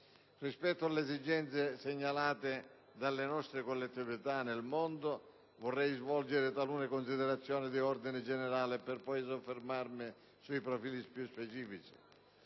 Rispetto alle esigenze segnalate dalle nostre collettività nel mondo vorrei svolgere talune considerazioni di ordine generale, per poi soffermarmi su profili più specifici.